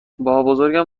بابابزرگم